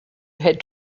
had